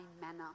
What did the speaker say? manner